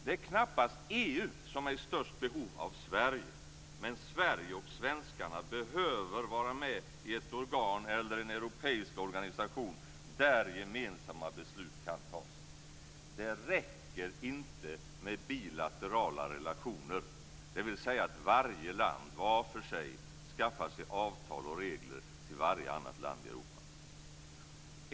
Det är knappast EU som är i störst behov av Sverige, men Sverige och svenskarna behöver vara med i ett organ eller en europeisk organisation där gemensamma beslut kan fattas. Det räcker inte med bilaterala relationer, dvs. att varje land vart för sig skaffar sig avtal och regler med varje annat land i Europa.